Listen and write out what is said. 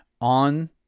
on